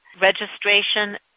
Registration